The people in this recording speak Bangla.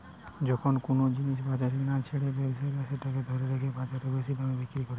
যখন কুনো জিনিস বাজারে না ছেড়ে ব্যবসায়ীরা সেটাকে ধরে রেখে বাজারে বেশি দামে বিক্রি কোরে